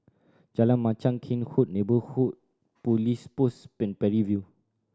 Jalan Machang Cairnhill Neighbourhood Police Post Parry View